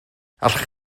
allech